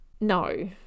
no